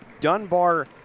Dunbar